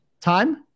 time